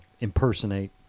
impersonate